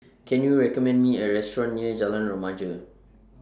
Can YOU recommend Me A Restaurant near Jalan Remaja